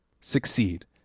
succeed